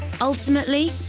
Ultimately